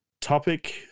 topic